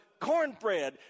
cornbread